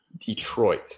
Detroit